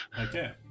Okay